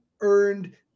earned